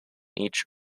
each